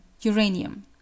uranium